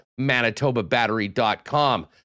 manitobabattery.com